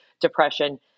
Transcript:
depression